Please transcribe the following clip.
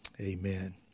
Amen